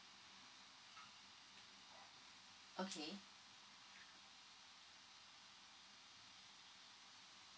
okay